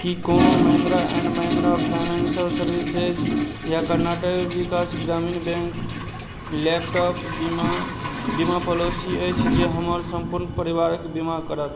की कोनो Mahindra and Mahindra financial services या Karnataka Vikas Grameen bank laptop बीमा बीमा पॉलिसी अछि जे हमर सम्पूर्ण परिवारक बीमा करत